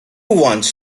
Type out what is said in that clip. wants